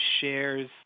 shares